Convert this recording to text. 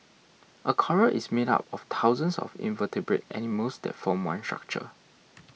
a coral is made up of thousands of invertebrate animals that form one structure